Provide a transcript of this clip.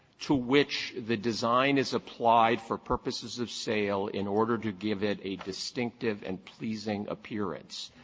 to which the design is applied for purposes of sale in order to give it a distinctive and pleasing appearance.